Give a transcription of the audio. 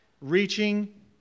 reaching